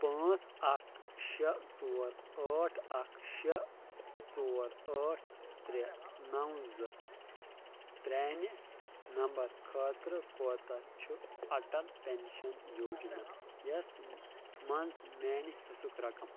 پانٛژھ اَکھ شےٚ ژور ٲٹھ اَکھ شےٚ ژور ٲٹھ ترٛےٚ نَو زٕ پرٛانہِ نمبر خٲطرٕ کوٗتاہ چھُ اٹل پیٚنشن یوجنا یَس مَنٛز میانہِ حصُک رقم